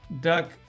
duck